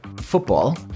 football